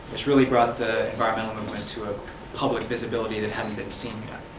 this really brought the environmental movement to a public visibility that hadn't been seen yet.